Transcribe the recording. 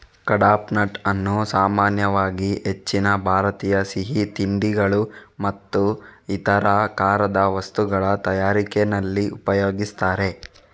ಕಡ್ಪಾಹ್ನಟ್ ಅನ್ನು ಸಾಮಾನ್ಯವಾಗಿ ಹೆಚ್ಚಿನ ಭಾರತೀಯ ಸಿಹಿ ತಿಂಡಿಗಳು ಮತ್ತು ಇತರ ಖಾರದ ವಸ್ತುಗಳ ತಯಾರಿಕೆನಲ್ಲಿ ಉಪಯೋಗಿಸ್ತಾರೆ